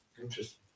interesting